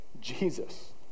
jesus